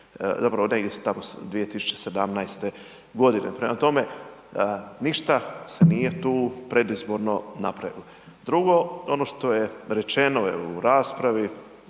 zapravo ne, tamo iz 2017.g. Prema tome, ništa se nije tu predizborno napravilo. Drugo, ono što je, rečeno je u raspravi